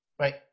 right